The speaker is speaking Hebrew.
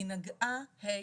היא נגעה ה',